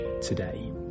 today